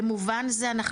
במובן זה,